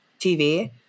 tv